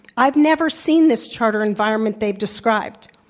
i've never seen this charter environment they've described.